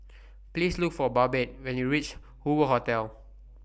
Please Look For Babette when YOU REACH Hoover Hotel